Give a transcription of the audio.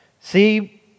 See